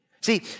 See